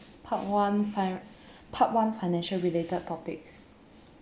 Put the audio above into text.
part one firan~ part one financial related topics